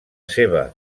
seva